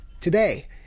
today